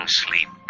sleep